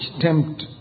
tempt